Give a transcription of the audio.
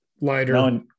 lighter